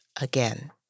again